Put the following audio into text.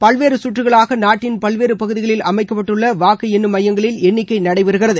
பல்வேறு கற்றுகளாக நாட்டின் பல்வேறு பகுதிகளில் அமைக்கப்பட்டுள்ள வாக்கு எண்ணும் மையங்களில் எண்ணிக்கை நடைபெறுகிறது